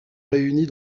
réunis